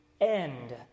end